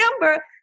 number